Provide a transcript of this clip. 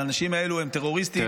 האנשים האלה הם טרוריסטים,